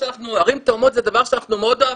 ערים תאומות זה דבר שאנחנו מאוד אוהבים,